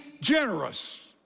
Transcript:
generous